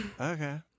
okay